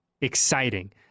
exciting